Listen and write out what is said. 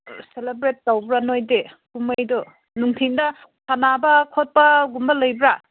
celebrate ꯇꯧꯕ꯭ꯔꯥ ꯅꯣꯏꯗꯤ ꯀꯨꯝꯍꯩꯗꯨ ꯅꯨꯡꯊꯤꯜꯗ ꯁꯥꯟꯅꯕ ꯈꯣꯠꯄꯒꯨꯝꯕ ꯂꯩꯕ꯭ꯔꯥ